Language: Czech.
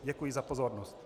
Děkuji za pozornost.